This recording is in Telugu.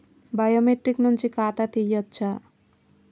బయోమెట్రిక్ నుంచి ఖాతా తీయచ్చా?